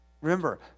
Remember